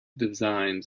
designs